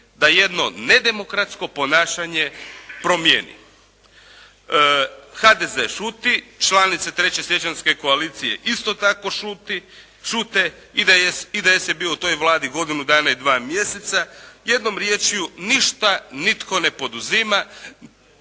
da jedno nedemokratsko ponašanje promijeni. HDZ šuti, članice 3. siječanjske koalicije isto tako šute, IDS je bio u toj Vladi godinu dana i dva mjeseca. Jednom riječju, ništa nitko ne poduzima.